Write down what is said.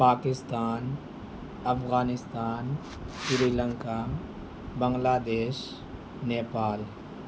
Pakistan Afghanistan Sri Lanka Bangladesh Nepal